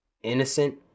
innocent